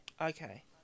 Okay